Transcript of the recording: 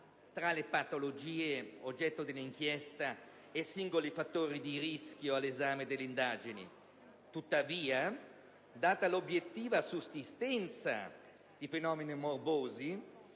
tra le patologie oggetto dell'inchiesta e singoli fattori di rischio all'esame delle indagini; tuttavia, data l'obiettiva sussistenza di fenomeni morbosi,